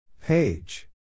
Page